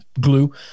glue